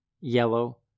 Yellow